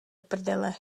prdele